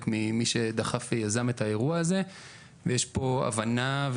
ממי שדחף ויזם את האירוע הזה ויש פה הבנה,